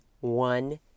one